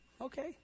Okay